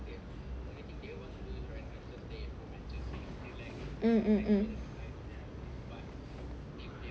um